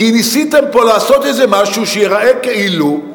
כי ניסיתם פה לעשות איזה משהו שייראה כאילו,